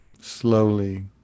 slowly